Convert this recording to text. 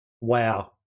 wow